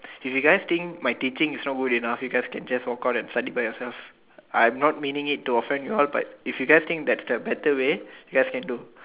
if you guys think my teaching is not worth it ah you guys can just walk out and study by yourself I am not meaning it to offend you all but if you guys think that's the better way you guys can do